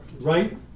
Right